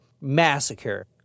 massacre